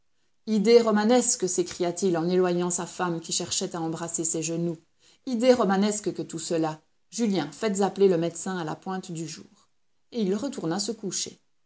idées romanesques s'écria-t-il en éloignant sa femme qui cherchait à embrasser ses genoux idées romanesques que tout cela julien faites appeler le médecin à la pointe du jour et il retourna se coucher